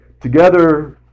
together